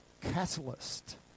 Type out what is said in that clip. catalyst